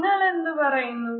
നിങ്ങൾ എന്ത് പറയുന്നു